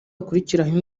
hakurikiraho